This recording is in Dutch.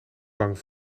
bang